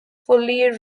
fully